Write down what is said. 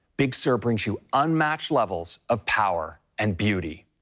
big sur brings you unmatched levels of power and beauty.